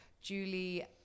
julie